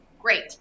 great